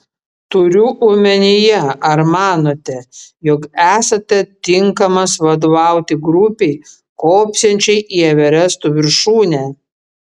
turiu omenyje ar manote jog esate tinkamas vadovauti grupei kopsiančiai į everesto viršūnę